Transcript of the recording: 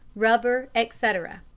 rubber, etc.